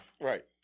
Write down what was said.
right